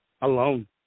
alone